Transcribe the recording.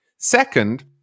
Second